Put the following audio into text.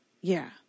Yeah